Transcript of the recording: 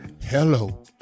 Hello